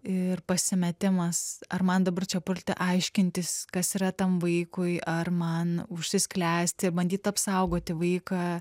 ir pasimetimas ar man dabar čia pulti aiškintis kas yra tam vaikui ar man užsisklęsti bandyt apsaugoti vaiką